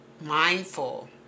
mindful